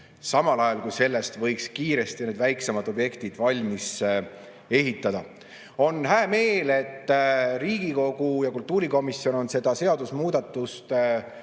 samal ajal kui selle eest võiks kiiresti väiksemad objektid valmis ehitada. On hää meel, et Riigikogu ja kultuurikomisjon on seda seadusmuudatust päris